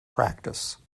practice